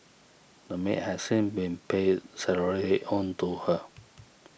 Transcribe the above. the maid has seen been paid salaries owed to her